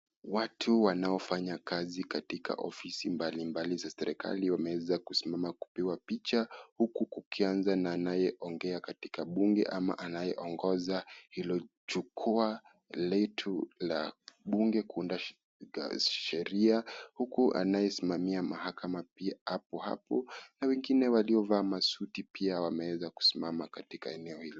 Watu wanaofanya kazi katika ofisi mbali mbali za serikali wameweza kusimama kupigwa picha huku kukianza na anayeongea katika bunge ama anayeongoza hilo jukwaa letu la bunge kuunda sheria huku anayesimamia mahakama pia Ako hapo na wengine waliovaa masuti pia wameweza kusimama katika eneo hilo.